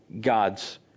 God's